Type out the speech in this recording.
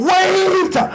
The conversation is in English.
Wait